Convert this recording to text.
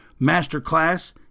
masterclass